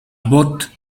abbott